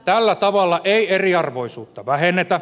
tällä tavalla ei eriarvoisuutta vähennetä